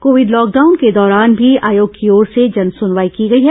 Covid lockdown के दौरान भी आयोग की ओर से जनसुनवाई की गई है